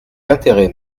intérêt